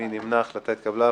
הצבעה